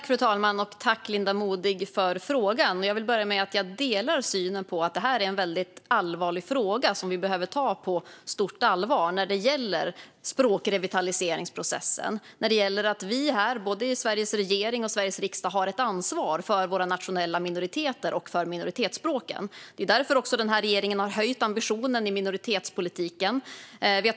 Fru talman! Tack, Linda Modig, för frågan! Jag vill börja med att säga att jag delar synen på att språkrevitaliseringsprocessen är en väldigt allvarlig fråga som vi behöver ta på stort allvar. Både Sveriges riksdag och regering har ett ansvar för våra nationella minoriteter och minoritetsspråken. Det är också därför som regeringen har höjt ambitionen i minoritetspolitiken.